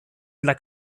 dla